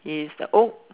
is the oat